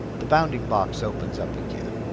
the bounding box opens up again.